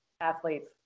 athletes